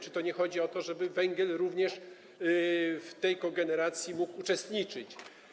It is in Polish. Czy to nie chodzi o to, żeby węgiel również w tej kogeneracji mógł uczestniczyć?